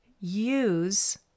use